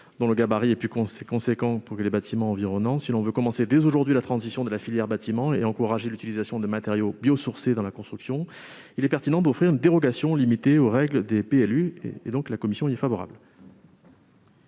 dont le gabarit est plus important que les bâtiments environnants. Si l'on veut commencer dès aujourd'hui la transition du secteur du bâtiment et encourager l'utilisation de matériaux biosourcés dans la construction, il est pertinent de prévoir une dérogation limitée aux règles des PLU. La commission émet donc